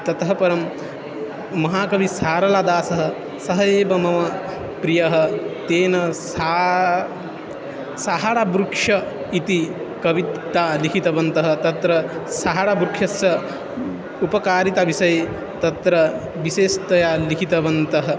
ततः परं महाकविसारलदासः सः एव मम प्रियः तेन सा साहारवृक्षः इति कविता लिखितवन्तः तत्र सहाड वृक्षस्य उपकारितायाः विषये तत्र विशेषतया लिखितवन्तः